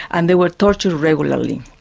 and they were tortured regularly.